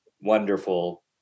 wonderful